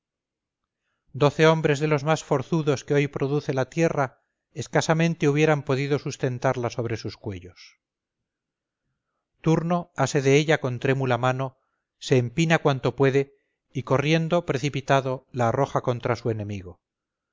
doce hombres de los más forzudos que hoy produce la tierra escasamente hubieran podido sustentarla sobre sus cuellos turno ase de ella con trémula mano se empina cuanto puede y corriendo precipitado la arroja contra su enemigo